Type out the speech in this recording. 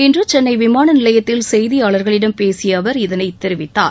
இன்று சென்னை விமான நிலையத்தில் செய்தியாளர்களிடம் பேசிய அவர் இதனைத் தெரிவித்தார்